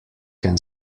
can